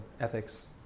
ethics